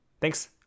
Thanks